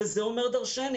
וזה אומר דורשני.